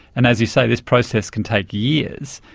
and as you say, this process can take years.